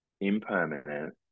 impermanent